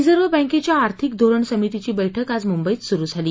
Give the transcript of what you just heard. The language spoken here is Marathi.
रिझर्व्ह बँकेच्या आर्थिक धोरण समितीची बैठक आज मुंबईत सुरु झाली